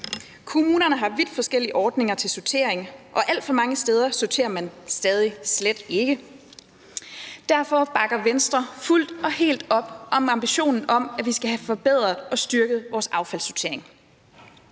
Kommunerne har vidt forskellige ordninger til sortering, og alt for mange steder er det stadig sådan, at man slet ikke sorterer. Derfor bakker Venstre fuldt og helt op om ambitionen om, at vi skal have forbedret og styrket vores affaldssortering.